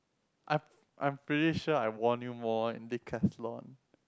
I I'm pretty sure I won you more in Decathlon